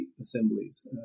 assemblies